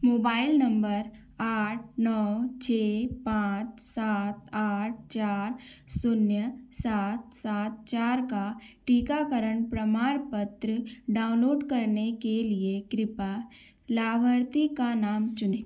mobile number आठ नौ छः पाँच सात आठ चार शून्य सात सात चार का टीकाकरण प्रमाणपत्र डाउनलोड करने के लिए कृपया लाभार्थी का नाम चुनें